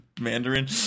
Mandarin